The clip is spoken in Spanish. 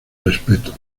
respeto